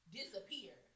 disappear